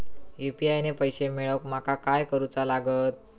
UPI ने पैशे मिळवूक माका काय करूचा लागात?